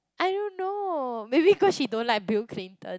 I don't know maybe because she don't like Bill Clinton